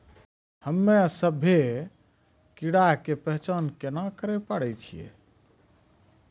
हम्मे सभ्भे कीड़ा के पहचान केना करे पाड़ै छियै?